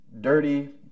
dirty